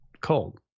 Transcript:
cold